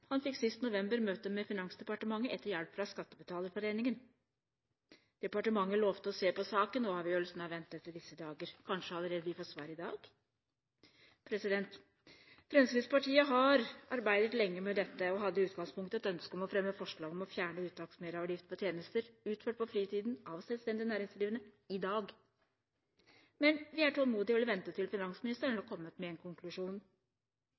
Han fikk sist november møte med Finansdepartementet etter hjelp fra Skattebetalerforeningen. Departementet lovte å se på saken, og avgjørelsen er ventet i disse dager. Kanskje vi får svar allerede i dag? Fremskrittspartiet har arbeidet lenge med dette og hadde i utgangspunktet et ønske om å fremme forslag om å fjerne uttaksmerverdiavgift på tjenester utført på fritiden av selvstendig næringsdrivende i dag. Men vi er tålmodige og vil vente til finansministeren har kommet med en konklusjon.